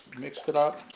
mix it up.